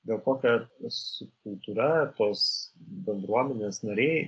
dėl to kad subkultūra tos bendruomenės nariai